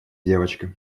девочка